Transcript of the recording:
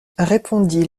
répondit